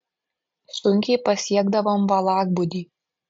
sunkiai pasiekdavom valakbūdį